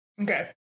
Okay